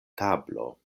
tablo